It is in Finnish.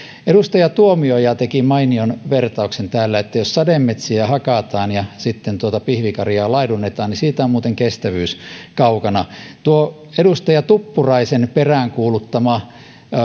edustaja tuomioja teki mainion vertauksen täällä jos sademetsiä hakataan ja sitten pihvikarjaa laidunnetaan niin siitä on muuten kestävyys kaukana tuo edustaja tuppuraisen peräänkuuluttama